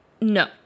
No